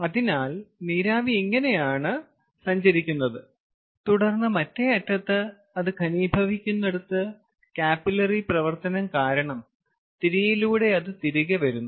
അതിനാൽ നീരാവി ഇങ്ങനെയാണ് സഞ്ചരിക്കുന്നത് തുടർന്ന് മറ്റേ അറ്റത്ത് അത് ഘനീഭവിക്കുന്നിടത്ത് കാപ്പിലറി പ്രവർത്തനം കാരണം തിരിയിലൂടെ അത് തിരികെ വരുന്നു